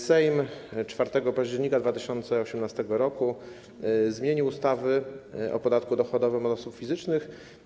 Sejm 4 października 2018 r. zmienił ustawę o podatku dochodowym od osób fizycznych.